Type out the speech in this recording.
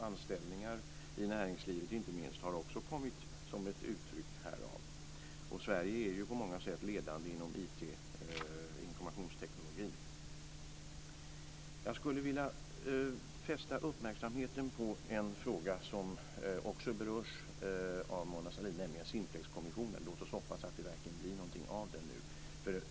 Anställningar inte minst i näringslivet har också kommit som ett uttryck härav. Sverige är på många sätt ledande inom IT, informationstekniken. Jag skulle vilja fästa uppmärksamheten på en fråga som också berörs av Mona Sahlin, nämligen Simplex kommissionen. Låt oss hoppas att det verkligen blir någonting av den nu.